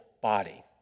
body